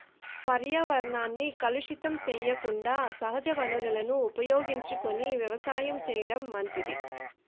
పర్యావరణాన్ని కలుషితం సెయ్యకుండా సహజ వనరులను ఉపయోగించుకొని వ్యవసాయం చేయటం మంచిది